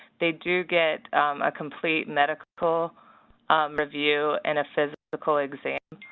they do get a complete medical review, and a physical exam,